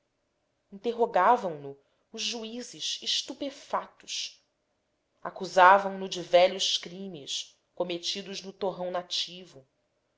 os juízes estupefatos acusavam no de velhos crimes cometidos no torrão nativo